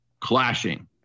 clashing